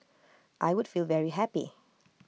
I would feel very happy